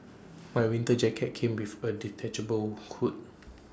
my winter jacket came with A detachable hood